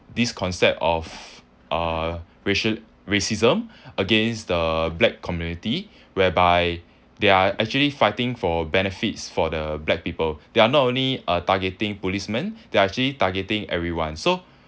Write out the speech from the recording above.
this concept of uh racia~ racism against the black community whereby they are actually fighting for benefits for the black people they're not only uh targeting policemen they're actually targeting everyone so